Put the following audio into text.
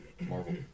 Marvel